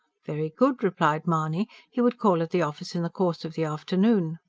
very good, replied mahony, he would call at the office in the course of the afternoon.